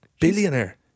Billionaire